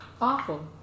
awful